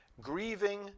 Grieving